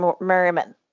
Merriman